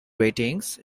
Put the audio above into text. ratings